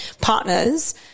partner's